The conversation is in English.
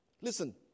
Listen